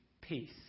Peace